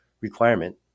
requirement